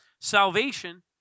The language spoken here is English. Salvation